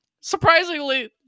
Surprisingly